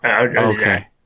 Okay